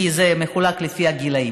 כי זה מחולק לפי גילים.